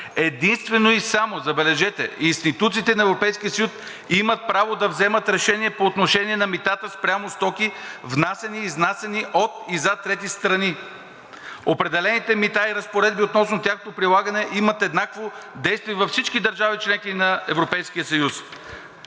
единствено и само, забележете, институциите на Европейския съюз имат право да вземат решение по отношение на митата спрямо стоки, внасяни и изнасяни от и за трети страни. Определените мита и разпоредби относно тяхното прилагане имат еднакво действие във всички държави – членки на Европейския съюз.